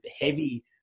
heavy